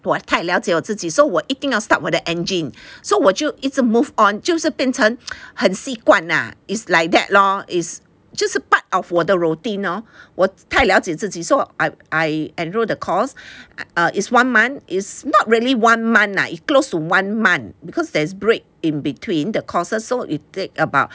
我太了解我自己 so 我一定要 start 我的 engine so 我就一直 move on 就是变成 很习惯 ah is like that lor is 就是 part of 我的 routine lor 我太了解自己 so I I enrolled the course err it's one month is not really one month ah close to one month because there's break in between the courses so it take about